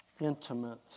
intimate